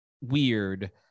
weird